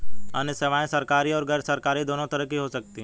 अन्य सेवायें सरकारी और गैरसरकारी दोनों तरह की हो सकती हैं